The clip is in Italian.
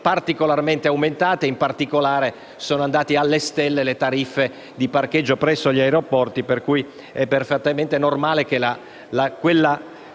particolarmente aumentata e in particolare sono salite alle stelle le tariffe di parcheggio presso gli aeroporti. È dunque perfettamente normale che quella